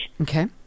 Okay